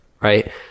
right